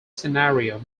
scenario